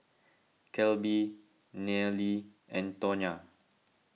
Kelby Nealy and Tawnya